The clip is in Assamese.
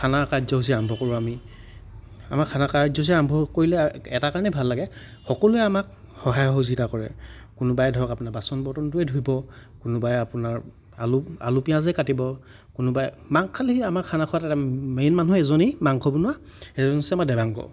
খানা কাৰ্য্যসূচী আৰম্ভ কৰোঁ আমি আমাৰ খানা কাৰ্য্যসূচী আৰম্ভ কৰিলে এটা কাৰণেই ভাল লাগে সকলোৱে আমাক সহায় সহযোগিতা কৰে কোনোবাই ধৰক আপোনাৰ বাচন বৰ্তনবোৰে ধুব কোনোবাই আপোনাৰ আলু আলু পিঁয়াজে কাটিব কোনোবাই আমাৰ খানা খোৱাত খালী মেইন মানুহ এজনেই মাংস বনোৱা এওঁ হৈছে আমাৰ দেৱাঙ্গ